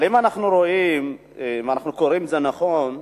אבל אם אנחנו קוראים את זה נכון,